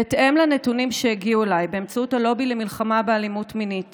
בהתאם לנתונים שהגיעו אליי באמצעות הלובי למלחמה באלימות מינית